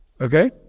Okay